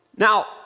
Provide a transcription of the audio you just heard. Now